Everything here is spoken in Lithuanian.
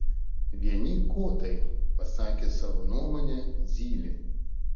vieni kotai pasakė savo nuomonę zylė